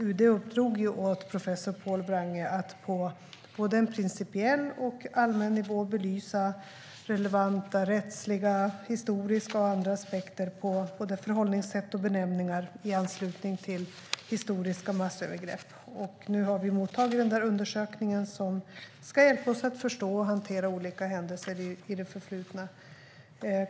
UD uppdrog alltså åt professor Pål Wrange att på både en principiell och en allmän nivå belysa relevanta rättsliga, historiska och andra aspekter på såväl förhållningssätt som benämningar i anslutning till historiska massövergrepp. Nu har vi mottagit den undersökningen, som ska hjälpa oss att förstå och hantera olika händelser i det förflutna.